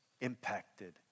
impacted